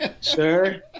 sir